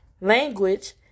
language